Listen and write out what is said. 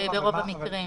ברוב המקרים.